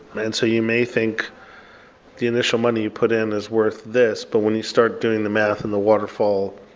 and so you may think the initial money you put in is worth this, but when you start doing the math and the waterfall,